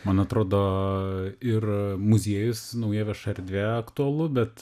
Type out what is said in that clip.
man atrodo ir muziejus nauja vieša erdvė aktualu bet